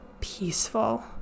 peaceful